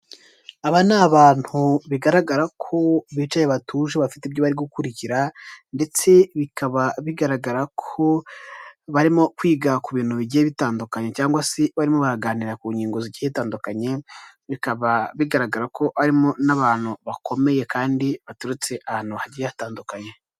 Aba ni abantu bigaragara ko bicaye batuje bafite ibyo bari gukurikira, ndetse bikaba bigaragara ko barimo kwiga ku bintu bigiye bitandukanye cyangwa se barimoganira ku nkingo zitandukanye, bikaba bigaragara ko harimo n'abantu bakomeye, kandi baturutse ahantu hagiye hatandukanye.